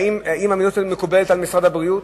ואם המדיניות הזאת מקובלת על משרד הבריאות.